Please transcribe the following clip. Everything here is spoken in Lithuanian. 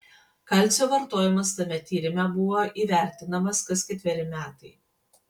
kalcio vartojimas tame tyrime buvo įvertinamas kas ketveri metai